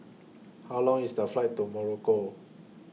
How Long IS The Flight to Morocco